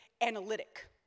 analytic